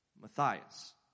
Matthias